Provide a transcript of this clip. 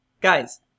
Guys